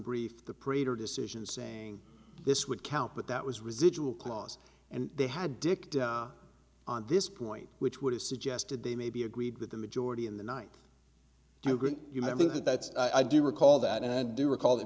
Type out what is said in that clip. brief the prater decision saying this would count but that was residual clause and they had dicked on this point which would have suggested they may be agreed with the majority in the night you might think that i do recall that and i do recall there